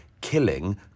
killing